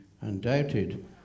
undoubted